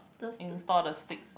install the sticks one